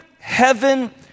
heaven